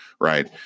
Right